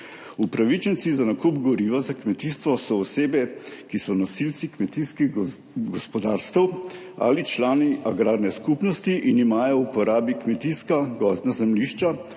Upravičenci za nakup goriva za kmetijstvo so osebe, ki so nosilci kmetijskih gospodarstev ali člani agrarne skupnosti, ki imajo v uporabi kmetijska gozdna zemljišča,